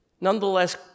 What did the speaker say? nonetheless